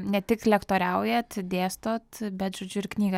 ne tik lektoriaujat dėstot bet žodžiu ir knygą